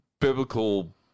biblical